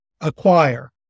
acquire